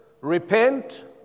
Repent